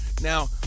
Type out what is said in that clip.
Now